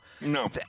No